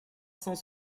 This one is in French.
cent